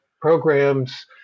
programs